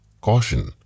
caution